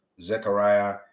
Zechariah